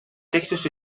textos